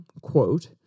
quote